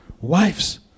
Wives